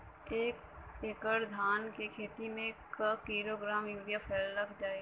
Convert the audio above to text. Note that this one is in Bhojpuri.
एक एकड़ धान के खेत में क किलोग्राम यूरिया फैकल जाई?